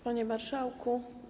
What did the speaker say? Panie Marszałku!